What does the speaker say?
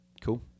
Cool